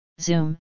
Zoom